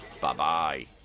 Bye-bye